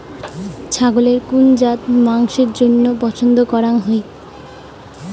ছাগলের কুন জাত মাংসের জইন্য পছন্দ করাং হই?